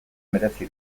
merezi